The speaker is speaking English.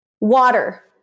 water